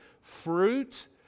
fruit